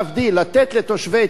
לתת לתושבי טבריה,